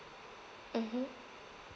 mmhmm